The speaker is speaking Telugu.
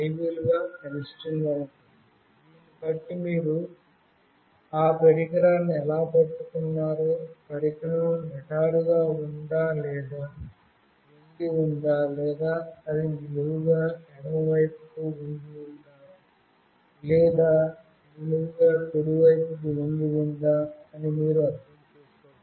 దీన్ని బట్టి మీరు పరికరాన్ని ఎలా పట్టుకున్నారో పరికరం నిటారుగా ఉందా లేదా వంగి ఉందా లేదా అది నిలువుగా ఎడమ వైపుకు వంగి ఉందా లేదా నిలువుగా కుడి వైపుకు వంగి ఉందా అని మీరు అర్థం చేసుకోగలరు